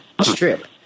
Strip